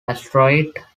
asteroid